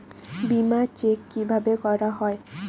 বিমা চেক কিভাবে করা হয়?